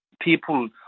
people